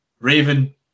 Raven